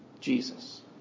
Jesus